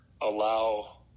allow